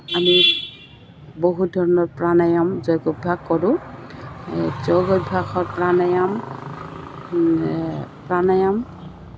আমি বহুত ধৰণৰ প্ৰাণায়াম যোগ অভ্যাস কৰোঁ এই যোগ অভ্যাসত প্ৰাণায়াম প্ৰাণায়াম